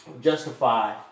justify